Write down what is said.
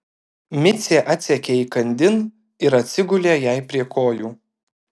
micė atsekė įkandin ir atsigulė jai prie kojų